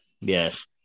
yes